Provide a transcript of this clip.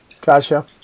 Gotcha